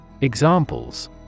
Examples